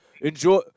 enjoy